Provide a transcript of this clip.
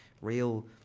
real